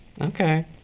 Okay